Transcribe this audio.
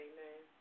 Amen